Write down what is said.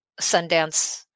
Sundance